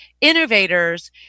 innovators